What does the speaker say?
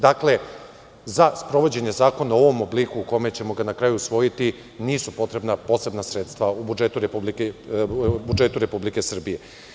Dakle, za sprovođenje zakona u ovom obliku u kome ćemo ga na kraju usvojiti, nisu potrebna posebna sredstava u budžetu Republike Srbije.